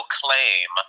claim